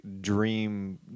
dream